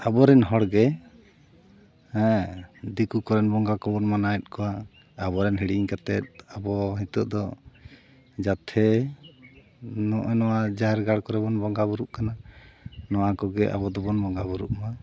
ᱟᱵᱚᱨᱮᱱ ᱦᱚᱲ ᱜᱮ ᱦᱮᱸ ᱫᱤᱠᱩ ᱠᱚᱨᱮ ᱵᱚᱸᱜᱟ ᱠᱚᱵᱚᱱ ᱢᱟᱱᱟᱣᱮᱫ ᱠᱚᱣᱟ ᱟᱵᱚᱨᱮᱱ ᱦᱤᱲᱤᱧ ᱠᱟᱛᱮᱫ ᱟᱵᱚ ᱱᱤᱛᱚᱜ ᱫᱚ ᱡᱟᱛᱷᱮ ᱱᱚᱜᱼᱚᱭ ᱱᱚᱣᱟ ᱡᱟᱦᱮᱨ ᱜᱟᱲ ᱠᱚᱨᱮᱵᱚᱱ ᱵᱚᱸᱜᱟ ᱵᱩᱨᱩᱜ ᱠᱟᱱᱟ ᱱᱚᱣᱟ ᱠᱚᱜᱮ ᱟᱵᱚ ᱫᱚᱵᱚᱱ ᱵᱚᱸᱜᱟ ᱵᱩᱨᱩᱜᱼᱢᱟ